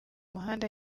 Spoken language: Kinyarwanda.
muhanda